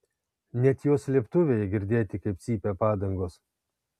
net jos slėptuvėje girdėti kaip cypia padangos